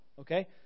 Okay